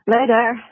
Later